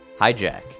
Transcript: Hijack